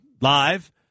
live